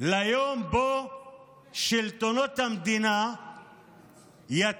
ליום שבו שלטונות המדינה יתחילו